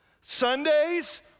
Sundays